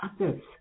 others